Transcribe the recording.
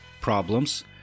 problems